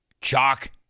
Chalk